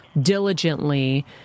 diligently